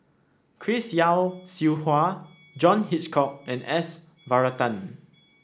Chris Yeo Siew Hua John Hitchcock and S Varathan